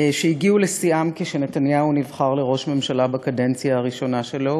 שהגיעו לשיאם כשנתניהו נבחר לראש ממשלה בקדנציה הראשונה שלו,